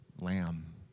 lamb